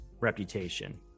reputation